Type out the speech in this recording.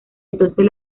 entonces